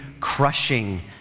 crushing